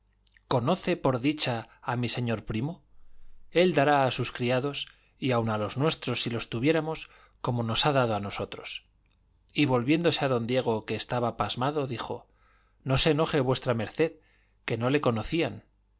conoce por dicha a mi señor primo él dará a sus criados y aun a los nuestros si los tuviéramos como nos ha dado a nosotros y volviéndose a don diego que estaba pasmado dijo no se enoje v md que no le conocían